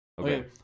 Okay